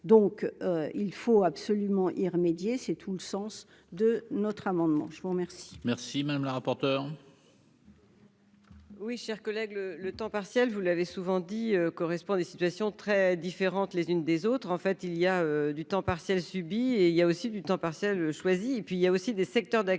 donc il faut absolument y remédier, c'est tout le sens de notre amendement, je vous remercie. Merci madame la rapporteure. Oui, chers collègues, le le temps partiel, vous l'avez souvent dit correspond à des situations très différentes les unes des autres, en fait, il y a du temps partiel subi, et il y a aussi du temps partiel choisi et puis il y a aussi des secteurs d'activités